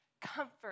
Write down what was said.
comfort